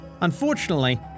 Unfortunately